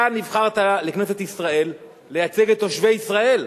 אתה נבחרת לכנסת ישראל לייצג את תושבי ישראל,